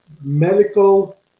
medical